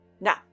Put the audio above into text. Now